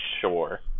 Sure